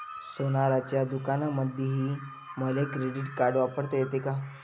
सोनाराच्या दुकानामंधीही मले क्रेडिट कार्ड वापरता येते का?